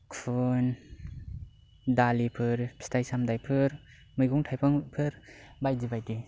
खुन दालिफोर फिथाय सामथायफोर मैगं थायगंफोर बायदि बायदि